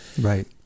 right